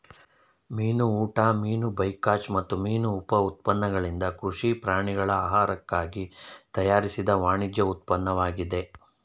ಮೀನು ಊಟ ಮೀನು ಬೈಕಾಚ್ ಮತ್ತು ಮೀನು ಉಪ ಉತ್ಪನ್ನಗಳಿಂದ ಕೃಷಿ ಪ್ರಾಣಿಗಳ ಆಹಾರಕ್ಕಾಗಿ ತಯಾರಿಸಿದ ವಾಣಿಜ್ಯ ಉತ್ಪನ್ನವಾಗಿದೆ